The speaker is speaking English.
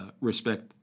respect